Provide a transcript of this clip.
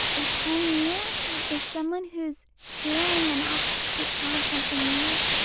a pioneer is someone who's daring enough to try something new.